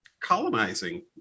colonizing